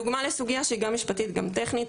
דוגמא לסוגיה גם משפטים גם טכנית,